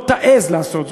לא תעז לעשות זאת.